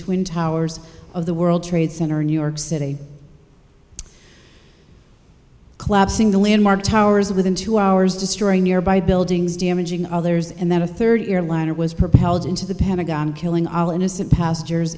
twin towers of the world trade center in new york city collapsing the landmark towers within two hours destroying nearby buildings damaging others and then a third airliner was propelled into the pentagon killing all innocent passengers